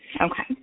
Okay